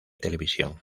televisión